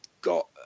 got